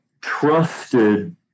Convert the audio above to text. trusted